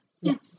Yes